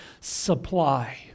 supply